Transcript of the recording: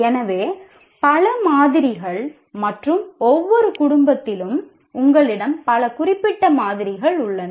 எனவே பல மாதிரிகள் மற்றும் ஒவ்வொரு குடும்பத்திலும் உங்களிடம் பல குறிப்பிட்ட மாதிரிகள் உள்ளன